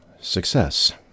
success